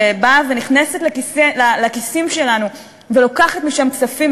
שבאה ונכנסת לכיסים שלנו ולוקחת משם כספים,